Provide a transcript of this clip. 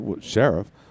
sheriff